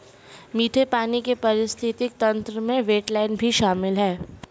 मीठे पानी के पारिस्थितिक तंत्र में वेट्लैन्ड भी शामिल है